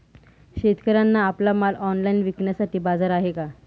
शेतकऱ्यांना आपला माल ऑनलाइन विकण्यासाठी बाजार आहे का?